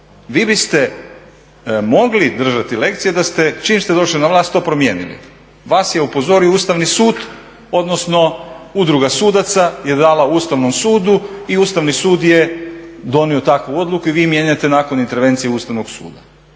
Vi biste mogli držati lekcije da ste čim ste došli na vlast to promijenili. Vas je upozorio Ustavni sud odnosno Udruga sudaca je dala Ustavnom sudu i Ustavni sud je donio takvu odluku i vi mijenjate nakon intervencije Ustavnog suda.